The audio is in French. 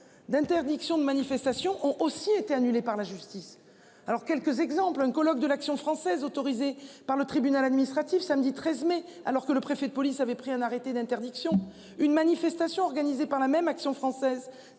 d'interdiction de manifestation ont aussi été annulé par la justice. Alors quelques exemples, un colloque de l'Action française autorisée par le tribunal administratif. Samedi 13 mai, alors que le préfet de police avait pris un arrêté d'interdiction. Une manifestation organisée par la même action française